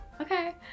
Okay